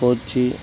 కొచ్చి